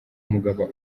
mugabo